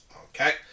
Okay